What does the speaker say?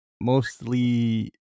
mostly